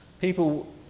people